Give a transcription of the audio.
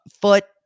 foot